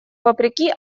вопреки